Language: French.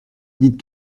dites